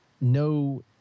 no